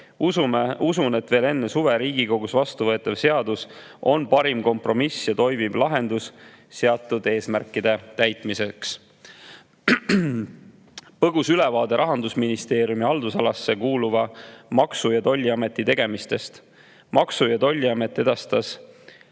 Usun, et veel enne suve Riigikogus vastuvõetav seadus on parim kompromiss ja toimiv lahendus seatud eesmärkide täitmiseks. Põgus ülevaade Rahandusministeeriumi haldusalasse kuuluva Maksu‑ ja Tolliameti tegemistest. Maksu‑ ja Tolliamet edastas